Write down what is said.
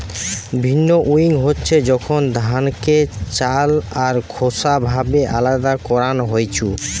ভিন্নউইং হচ্ছে যখন ধানকে চাল আর খোসা ভাবে আলদা করান হইছু